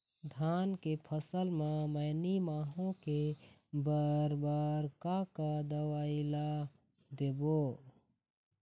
धान के फसल म मैनी माहो के बर बर का का दवई ला देबो?